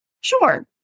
Sure